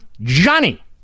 Johnny